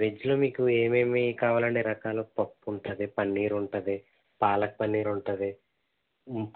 వెజ్లో మీకు ఏమేమి కావాలండి రకాలు పప్పు ఉంటుంది పన్నీర్ ఉంటుంది పాలక్ పన్నీర్ ఉంటుంది